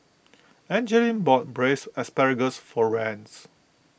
Angeline bought Braised Ssparagus for Rance